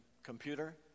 computer